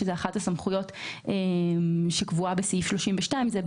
שזאת אחת הסמכויות שקבועה בסעיף 32. זה,